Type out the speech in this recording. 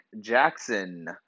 Jackson